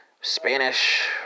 Spanish